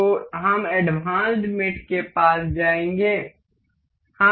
तो हम एडवांस्ड मेट के पास जाएंगे